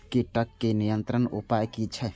कीटके नियंत्रण उपाय कि छै?